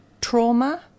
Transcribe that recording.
trauma